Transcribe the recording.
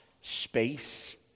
space